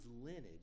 lineage